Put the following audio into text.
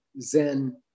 Zen